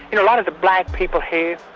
and a lot of the black people here,